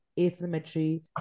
asymmetry